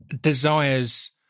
desires